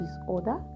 disorder